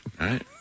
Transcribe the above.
right